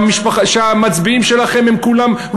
שהמצביעים שלכם הם כולם,